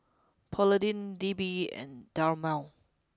Polident D B and Dermale